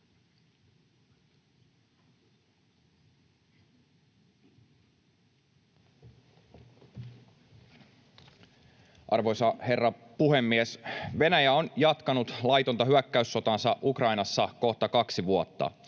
Arvoisa herra puhemies! Venäjä on jatkanut laitonta hyökkäyssotaansa Ukrainassa kohta kaksi vuotta.